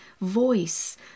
voice